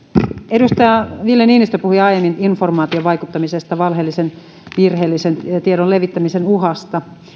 edustaja ville niinistö puhui aiemmin informaatiovaikuttamisesta valheellisen ja virheellisen tiedon levittämisen uhasta